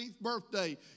birthday